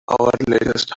latest